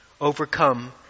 overcome